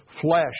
flesh